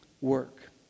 work